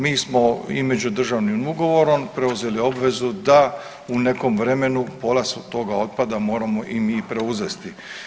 Mi smo i međudržavnim ugovorom preuzeli obvezu da u nekom vremenu pola se toga otpada moramo i mi preuzesti.